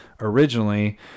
originally